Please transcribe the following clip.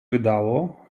wydało